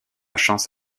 chance